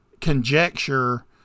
conjecture